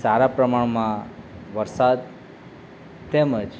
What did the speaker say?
સારા પ્રમાણમાં વરસાદ તેમજ